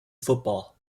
football